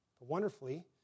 Wonderfully